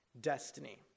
destiny